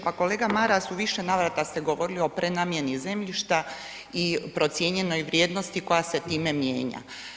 Pa kolega Maras u više navrata ste govorili o prenamijeni zemljišta i procijenjenoj vrijednosti koja se time mijenja.